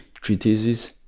treatises